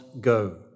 go